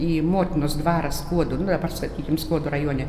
į motinos dvarą skuodo nu dabar sakykim skuodo rajone